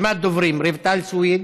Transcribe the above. דוברים: רויטל סויד,